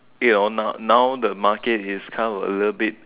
here and all now now the market is come a little bit